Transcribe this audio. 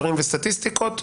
מספרים וסטטיסטיקות,